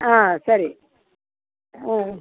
ಹಾಂ ಸರಿ ಹ್ಞೂ